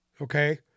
Okay